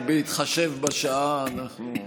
אבל בהתחשב בשעה אנחנו,